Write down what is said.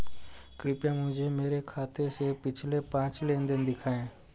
कृपया मुझे मेरे खाते से पिछले पांच लेनदेन दिखाएं